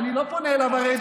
אני לא פונה אליו,